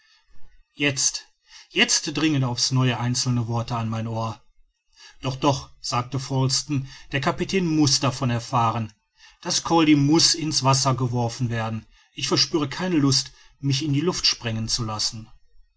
jetzt jetzt dringen auf's neue einzelne worte an mein ohr doch doch sagte falsten der kapitän muß davon erfahren das colli muß in's meer geworfen werden ich verspüre keine lust mich in die luft sprengen zu lassen